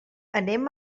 anem